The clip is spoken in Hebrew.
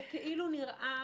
זה כאילו נראה,